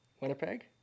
Winnipeg